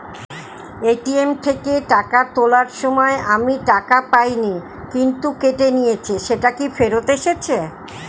ATM থেকে টাকা তোলার সময় আমি টাকা পাইনি কিন্তু কেটে নিয়েছে সেটা কি ফেরত এসেছে?